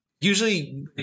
Usually